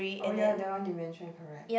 oh ya the one you mentioned correct